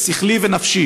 שכלי ונפשי,